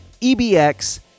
EBX